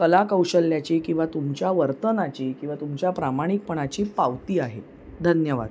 कला कौशल्याची किंवा तुमच्या वर्तनाची किंवा तुमच्या प्रामाणिकपणाची पावती आहे धन्यवाद